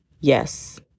Yes